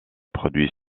produit